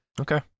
Okay